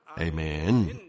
Amen